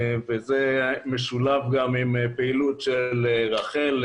זה משולב גם עם פעילות של רח"ל,